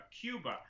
Cuba